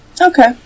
Okay